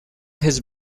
his